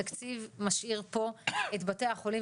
תקציב משאיר פה את בתי החולים,